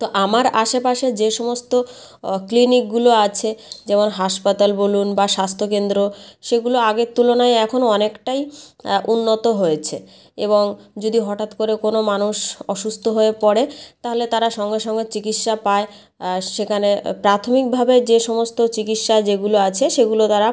তো আমার আশেপাশে যে সমস্ত ক্লিনিকগুলো আছে যেমন হাসপাতাল বলুন বা স্বাস্থ্য কেন্দ্র সেগুলো আগের তুলনায় এখন অনেকটাই উন্নত হয়েছে এবং যদি হঠাৎ করে কোনো মানুষ অসুস্ত হয়ে পড়ে তাহলে তারা সঙ্গে সঙ্গে চিকিৎসা পায় সেখানে প্রাথমিকভাবে যে সমস্ত চিকিৎসা যেগুলো আছে সেগুলো তারা